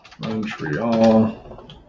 Montreal